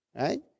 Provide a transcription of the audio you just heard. right